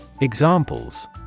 Examples